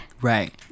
right